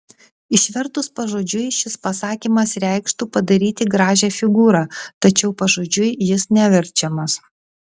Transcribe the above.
išvertus pažodžiui šis pasakymas reikštų padaryti gražią figūrą tačiau pažodžiui jis neverčiamas